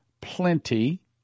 plenty